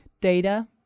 data